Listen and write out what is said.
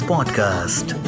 Podcast